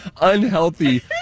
unhealthy